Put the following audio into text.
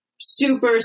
Super